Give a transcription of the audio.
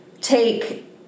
take